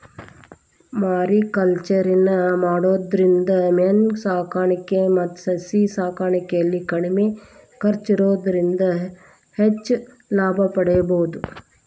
mariculture ನ ಮಾಡೋದ್ರಿಂದ ಮೇನ ಸಾಕಾಣಿಕೆ ಮತ್ತ ಸಸಿ ಸಾಕಾಣಿಕೆಯಲ್ಲಿ ಕಡಿಮೆ ಖರ್ಚ್ ಇರೋದ್ರಿಂದ ಹೆಚ್ಚ್ ಲಾಭ ಪಡೇಬೋದು